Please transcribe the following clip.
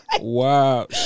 Wow